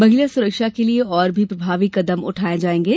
महिला सुरक्षा के लिए और भी प्रभावी कदम उठाये जायेंगे